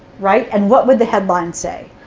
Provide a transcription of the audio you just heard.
right? and what would the headlines say?